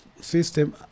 system